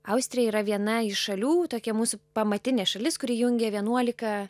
austrija yra viena iš šalių tokia mūsų pamatinė šalis kuri jungia vienuolika